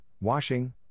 washing